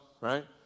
right